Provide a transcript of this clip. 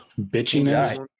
bitchiness